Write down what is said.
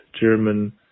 German